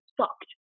Sucked